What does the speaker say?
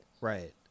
Right